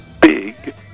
big